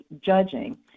judging